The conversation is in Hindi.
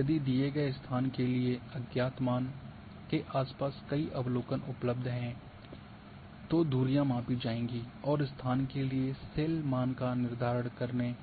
अब यदि दिए गए स्थान के लिए अज्ञात मान के आसपास कई अवलोकन उपलब्ध हैं तो दूरियां मापी जाएंगी और स्थान के लिए सेल मान का निर्धारण करते